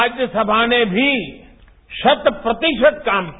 राज्यसभा ने भी शत प्रतिशत काम किया